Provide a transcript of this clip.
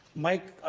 mike,